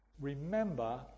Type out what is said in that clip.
Remember